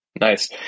Nice